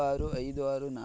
ಮಂಚ